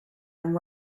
and